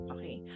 Okay